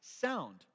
sound